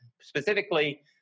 specifically